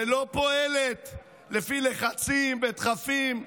ולא פועלת לפי לחצים ודחפים,